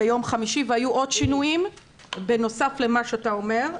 קיבלנו את זה ביום חמישי והיו עוד שינויים בנוסף למה שאתה אומר.